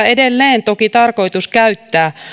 edelleen toki tarkoitus käyttää